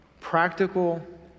practical